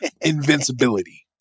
invincibility